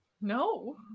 No